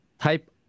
type